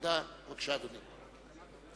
בבקשה, אדוני.